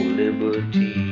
liberty